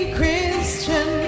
Christian